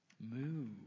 Move